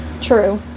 true